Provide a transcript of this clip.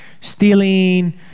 stealing